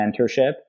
mentorship